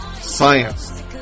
science